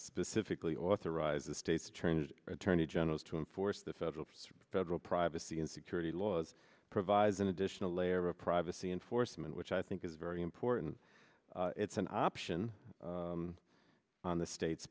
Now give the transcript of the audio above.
specifically authorize the states turned attorney generals to enforce the federal federal privacy and security laws provides an additional layer of privacy enforcement which i think is very important it's an option on the states